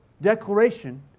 declaration